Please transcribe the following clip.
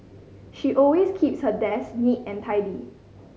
she always keeps her desk neat and tidy